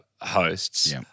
hosts